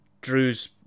Drew's